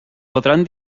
podrán